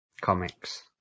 comics